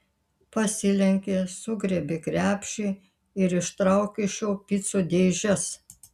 pasilenkė sugriebė krepšį ir ištraukė iš jo picų dėžes